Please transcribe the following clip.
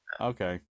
Okay